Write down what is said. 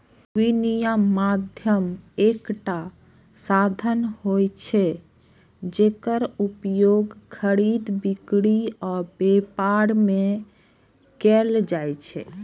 विनिमय माध्यम एकटा साधन होइ छै, जेकर उपयोग खरीद, बिक्री आ व्यापार मे कैल जाइ छै